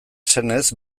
senez